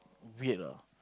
weird lah